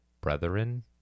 brethren